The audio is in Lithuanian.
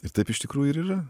ir taip iš tikrųjų ir yra